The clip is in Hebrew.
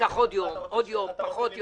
ייקח עוד יום, עוד יום, פחות יום.